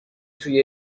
توی